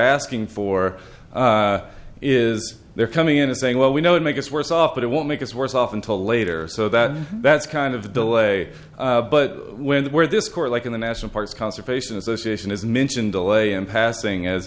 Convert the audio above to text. asking for is they're coming in and saying well we know it makes us worse off but it won't make us worse off until later so that that's kind of the delay but when the where this court like in the national parks conservation association is mentioned delay in passing a